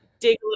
dig